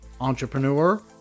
entrepreneur